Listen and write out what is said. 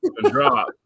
drop